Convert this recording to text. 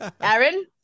Aaron